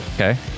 Okay